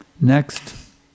Next